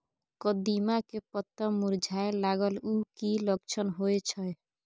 कदिम्मा के पत्ता मुरझाय लागल उ कि लक्षण होय छै?